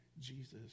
Jesus